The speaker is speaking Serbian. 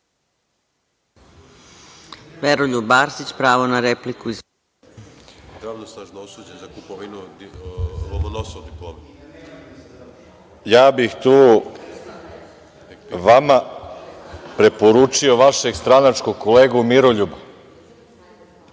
Ja bih tu vama preporučio vašeg stranačkog kolegu Miroljuba,